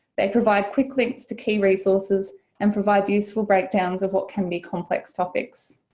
they provide quick links to key resources and provide useful breakdowns of what can be complex topics.